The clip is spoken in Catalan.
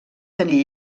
tenir